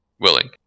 willing